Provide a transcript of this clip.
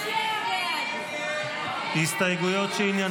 ההסתייגויות לסעיף